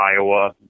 Iowa